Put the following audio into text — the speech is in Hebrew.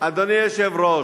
אדוני היושב-ראש,